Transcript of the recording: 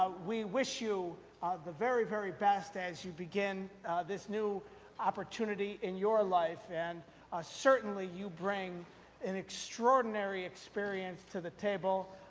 ah we wish you the very, very best, and as you begin this new opportunity in your life and ah certainly, you bring an extraordinary experience to the table,